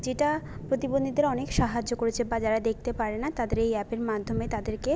যেটা প্রতিবন্ধীদের অনেক সাহায্য করেছে বা যারা দেখতে পারে না তাদের এই অ্যাপের মাধ্যমে তাদেরকে